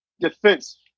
defense